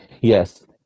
yes